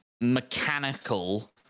mechanical